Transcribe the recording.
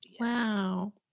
Wow